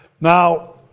Now